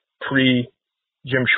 pre-Jim